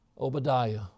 Obadiah